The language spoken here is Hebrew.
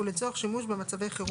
ולצורך שימוש במצבי חירום.